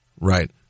Right